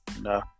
No